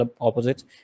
opposites